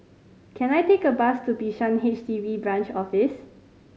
can I take a bus to Bishan H D B Branch Office